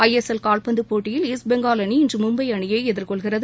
ஐ S L கால்பந்து போட்டியில் East Bengal அணி இன்று மும்பை அணியை எதிர்கொள்கிறது